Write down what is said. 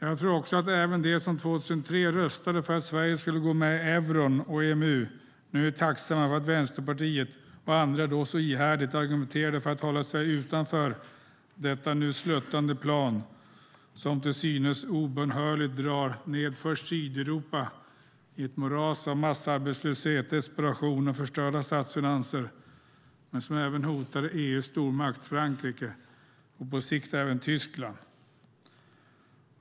Jag tror att även de som 2003 röstade för att Sverige skulle gå med i euron och EMU nu är tacksamma för att Vänsterpartiet och andra då så ihärdigt argumenterade för att hålla Sverige utanför detta sluttande plan. Det drar till synes obönhörligt ned först Sydeuropa i ett moras av massarbetslöshet, desperation och förstörda statsfinanser, och det hotar även EU:s stormakt Frankrike och på sikt även Tyskland.